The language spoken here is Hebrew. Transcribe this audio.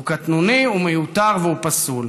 הוא קטנוני, הוא מיותר והוא פסול.